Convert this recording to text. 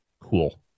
Cool